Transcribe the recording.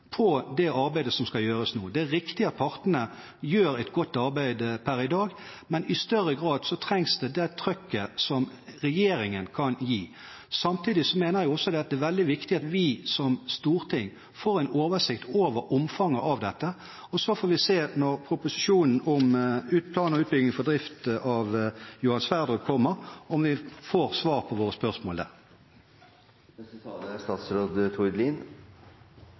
for det arbeidet som skal gjøres nå. Det er riktig at partene gjør et godt arbeid per i dag, men i større grad trengs det trykket som regjeringen kan gi. Samtidig mener jeg det er veldig viktig at vi som storting får en oversikt over omfanget av dette. Så får vi se når proposisjonen om plan og utbygging for drift av Johan Sverdrup kommer, om vi får svar på våre spørsmål der. Det er vanskelig for meg å kommentere veldig mye på kontrakter som har havnet i Korea mens det satt en rød-grønn statsråd